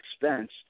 expense